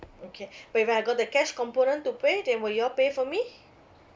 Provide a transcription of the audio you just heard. okay but if I got the cash component to pay then will you all pay for me